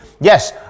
yes